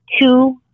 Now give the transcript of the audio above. two